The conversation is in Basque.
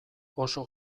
oso